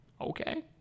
okay